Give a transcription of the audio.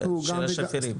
של השפירים.